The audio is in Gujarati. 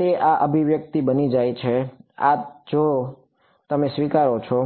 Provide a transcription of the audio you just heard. તે આ અભિવ્યક્તિ બની જાય છે આ જ તમે સ્વીકારો છો